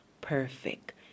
perfect